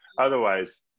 Otherwise